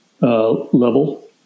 level